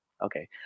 Okay